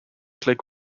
click